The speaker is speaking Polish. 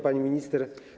Pani Minister!